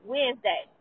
Wednesday